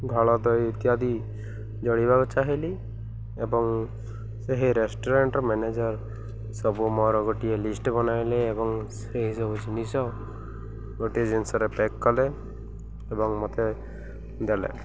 ଘୋଳ ଦହି ଇତ୍ୟାଦି ଜଳିବାକୁ ଚାହିଁଲି ଏବଂ ସେହି ରେଷ୍ଟୁରାଣ୍ଟର ମ୍ୟାନେଜର୍ ସବୁ ମୋର ଗୋଟିଏ ଲିଷ୍ଟ ବନାଇଲେ ଏବଂ ସେହି ସବୁ ଜିନିଷ ଗୋଟିଏ ଜିନିଷରେ ପ୍ୟାକ୍ କଲେ ଏବଂ ମୋତେ ଦେଲେ